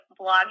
blogging